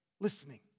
listening